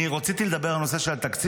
אני רציתי לדבר על הנושא של התקציב,